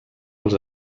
als